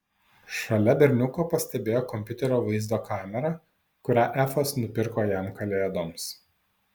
šalia berniuko pastebėjo kompiuterio vaizdo kamerą kurią efas nupirko jam kalėdoms